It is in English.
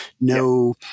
no